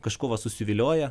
kažkuo va susivilioja